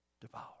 devour